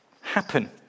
happen